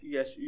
Yes